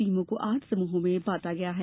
टीमों को आठ समूहों में बांटा गया है